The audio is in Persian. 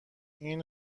این